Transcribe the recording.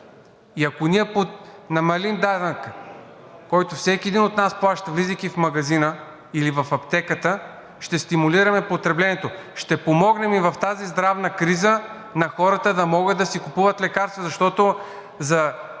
и ако ние намалим данъка, който всеки един от нас плаща, влизайки в магазина или в аптеката, ще стимулираме потреблението. Ще помогнем в тази здравна криза на хората да могат да си купуват лекарства, защото за